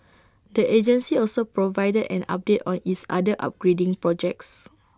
the agency also provided an update on its other upgrading projects